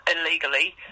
illegally